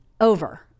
over